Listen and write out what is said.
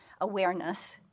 awareness